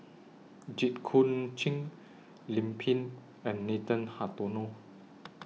Jit Koon Ch'ng Lim Pin and Nathan Hartono